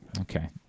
Okay